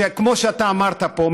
כמו שאתה אמרת פה,